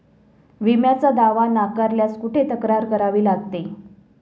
विम्याचा दावा नाकारल्यास कुठे तक्रार करावी लागते?